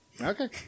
okay